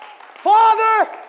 Father